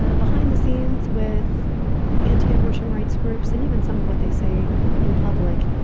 ah behind the scenes with anti-abortion rights groups and even some of what they say in public,